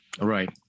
right